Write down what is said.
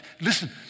Listen